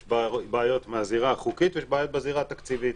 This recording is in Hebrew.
יש בעיות בזירה החוקית ויש בעיות בזירה התקציבית.